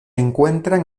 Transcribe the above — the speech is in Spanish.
encuentran